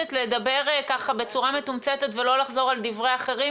מבקשת לדבר בצורה מתומצתת ולא לחזור על דברי אחרים,